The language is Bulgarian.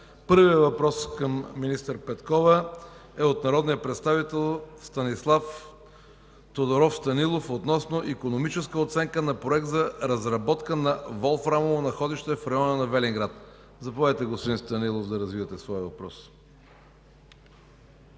Първият въпрос към министър Петкова е от народния представител Станислав Тодоров Станилов относно икономическа оценка на проект за разработка на волфрамово находище в района на Велинград. Заповядайте, господин Станилов, да развиете своя въпрос.